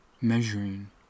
measuring